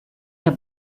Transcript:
der